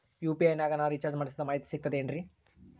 UPI ನಾಗ ನಾ recharge ಮಾಡಿಸಿದ ಮಾಹಿತಿ ಸಿಕ್ತದೆ ಏನ್ರಿ?